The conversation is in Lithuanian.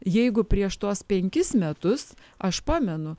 jeigu prieš tuos penkis metus aš pamenu